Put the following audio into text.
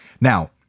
Now